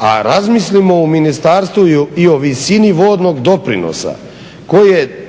A razmislimo u ministarstvu i o visini vodnog doprinosa, koje